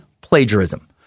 plagiarism